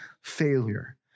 failure